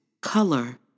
color